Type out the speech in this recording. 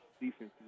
defenses